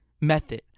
method